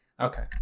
Okay